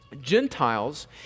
Gentiles